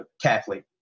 Catholic